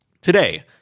Today